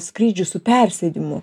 skrydžių su persėdimu